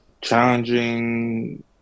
challenging